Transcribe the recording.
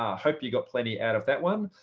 hope you got plenty out of that one.